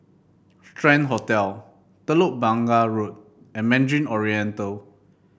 Strand Hotel Telok Blangah Road and Mandarin Oriental